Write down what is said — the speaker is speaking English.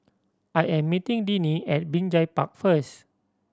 I am meeting Dennie at Binjai Park first